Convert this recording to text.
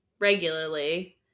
regularly